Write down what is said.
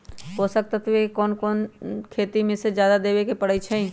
पोषक तत्व क कौन कौन खेती म जादा देवे क परईछी?